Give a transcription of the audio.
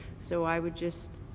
so i would just